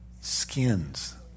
skins